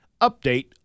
update